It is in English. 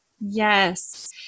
Yes